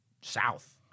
south